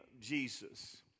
Jesus